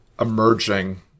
emerging